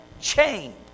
change